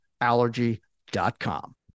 allergy.com